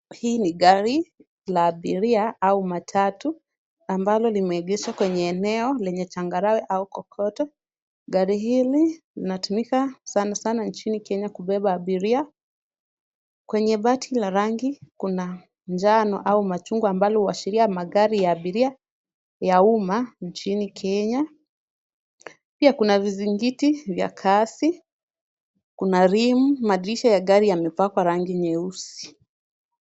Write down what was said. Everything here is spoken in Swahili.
Hii ni gari la abiria au matatu ambalo limeegeshwa kwenye eneo lenye changarawe au kokoto. Gari hili linatumika sana sana nchini Kenya kubeba abiria. Kwenye bati la rangi kuna njano au machungwa ambalo huashiria magari ya abiria ya umma nchini Kenya. Pia kuna vizingiti vya kasi, kuna rim .Madirisha ya gari yamepakwa rangi nyeusi.